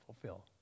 fulfill